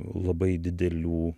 labai didelių